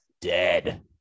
dead